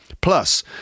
Plus